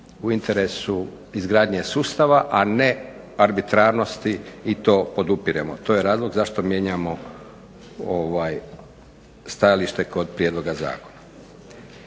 u interesu izgradnje sustava, a ne arbitrarnosti, i to podupiremo. To je razlog zašto mijenjamo stajalište kod prijedloga zakona.